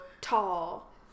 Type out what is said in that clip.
tall